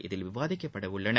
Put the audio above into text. இதில் விவாதிக்கப்படவுள்ளன